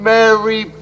Mary